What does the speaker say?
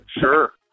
Sure